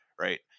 right